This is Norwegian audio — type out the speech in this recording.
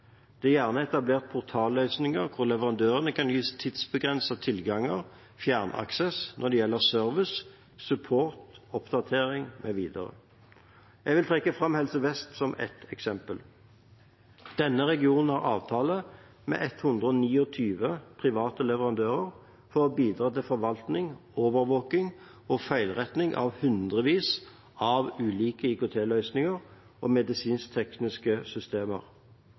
Det er gjerne etablert portalløsninger hvor leverandørene kan gis tidsbegrensede tilganger/fjernaksess når det gjelder service, support, oppdateringer mv. Jeg vil trekke fram Helse Vest som et eksempel. Denne regionen har avtaler med 129 private leverandører for å bidra til forvaltning, overvåkning og feilretting av hundrevis av ulike IKT-løsninger og medisinsk-tekniske systemer.